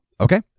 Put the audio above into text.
okay